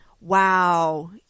wow